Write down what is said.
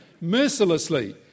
mercilessly